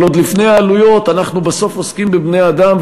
אבל עוד לפני העלויות אנחנו בסוף עוסקים בבני-אדם,